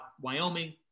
wyoming